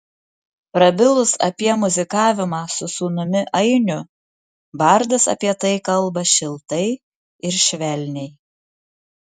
prabilus apie muzikavimą su sūnumi ainiu bardas apie tai kalba šiltai ir švelniai